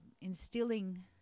instilling